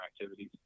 activities